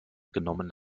genommen